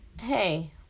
hey